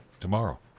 tomorrow